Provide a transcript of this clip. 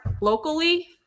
locally